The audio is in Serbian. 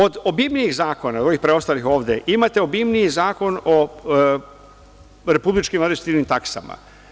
Od obimnijih zakona, ovih preostalih ovde, imate obimniji Zakon o republičkim administrativnim taksama.